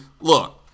Look